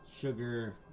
sugar